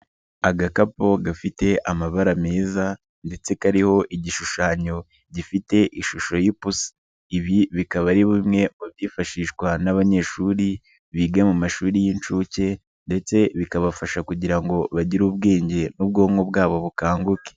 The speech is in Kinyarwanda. Agakapu gafite amabara meza ndetse kariho igishushanyo gifite ishusho y'ipusi. Ibi bikaba ari byifashishwa n'abanyeshuri biga mu mashuri y'inshuke ndetse bikabafasha kugira ngo bagire ubwenge n'ubwonko bwabo bukanguke.